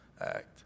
act